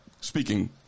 speaking